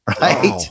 right